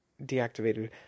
deactivated